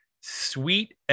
Sweet